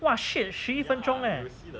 !wah! shit 十一分钟 leh